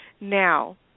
now